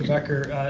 becker,